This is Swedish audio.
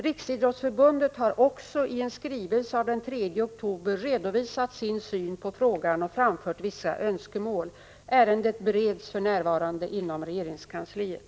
Riksidrottsförbundet har också i en skrivelse av den 3 oktober redovisat sin syn på frågan och framfört vissa önskemål. Ärendet bereds för närvarande inom regeringskansliet.